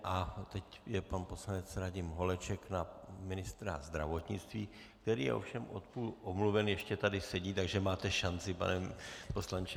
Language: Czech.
A teď pan poslanec Radim Holeček na ministra zdravotnictví, který je od půl omluvený, ale ještě tady sedí, takže máte šanci, pane poslanče.